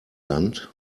land